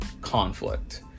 conflict